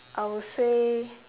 I will say